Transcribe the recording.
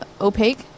opaque